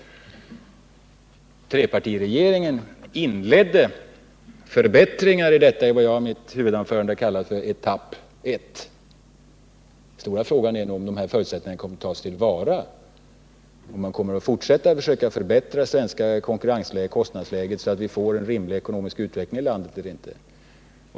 Trepartiregeringen inledde förbättringar av den tidigare politiken i vad jag i mitt huvudanförande kallade etapp 1. Den stora frågan är om de förutsättningar som därigenom råder kommer att tas till vara och om man kommer att fortsätta att försöka förbättra det svenska konkurrensoch kostnadsläget, så att vi får en rimlig ekonomisk utveckling i landet.